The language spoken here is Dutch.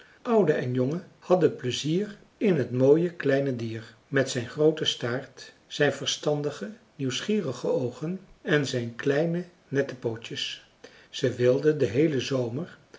oude en jonge hadden pleizier in het mooie kleine dier met zijn grooten staart zijn verstandige nieuwsgierige oogen en zijn kleine nette pootjes zij wilden den heelen zomer